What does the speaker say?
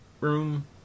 room